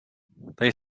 they